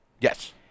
Yes